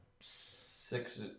six